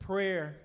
prayer